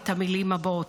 את המילים הבאות: